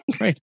Right